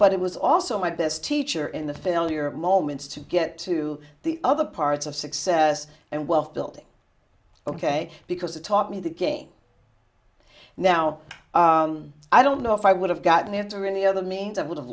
but it was also my best teacher in the failure moments to get to the other parts of success and wealth building ok because it taught me the game now i don't know if i would have gotten the answer in the other means i would have